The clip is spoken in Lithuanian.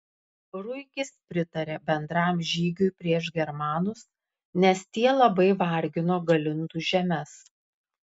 ruikis pritarė bendram žygiui prieš germanus nes tie labai vargino galindų žemes